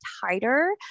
tighter